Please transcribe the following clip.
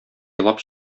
елап